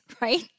right